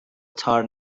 تار